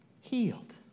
healed